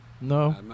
No